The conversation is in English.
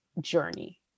journey